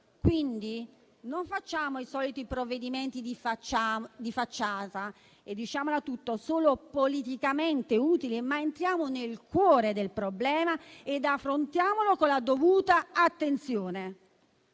Quindi, non facciamo i soliti provvedimenti di facciata e - diciamola tutta - solo politicamente utili, ma entriamo nel cuore del problema ed affrontiamolo con la dovuta attenzione.